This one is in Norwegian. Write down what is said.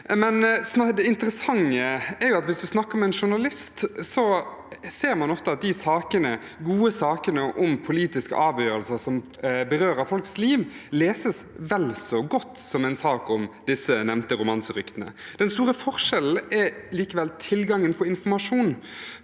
Men det interessante er at hvis en snakker med en journalist, ser man ofte at de gode sakene om politiske avgjørelser som berører folks liv, leses vel så godt som en sak om disse nevnte romanseryktene. Den store forskjellen er likevel tilgangen på informasjon,